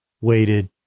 waited